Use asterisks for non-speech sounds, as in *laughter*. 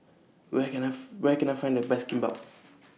Where Can I *noise* Where Can I Find The Best Kimbap